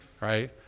right